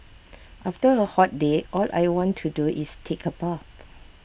after A hot day all I want to do is take A bath